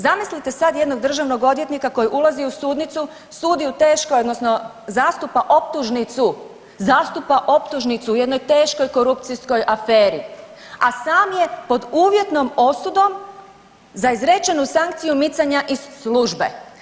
Zamislite sad jednog državnog odvjetnika koji ulazi u sudnicu, sudi u teškoj odnosno zastupa optužnicu, zastupa optužnicu u jednoj teškoj korupcijskoj aferi, a sam je pod uvjetnom osudom za izrečenu sankciju micanja iz službe.